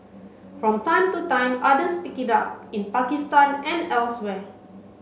from time to time others pick it up in Pakistan and elsewhere